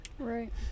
right